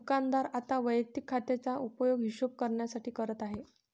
दुकानदार आता वैयक्तिक खात्याचा उपयोग हिशोब करण्यासाठी करत आहे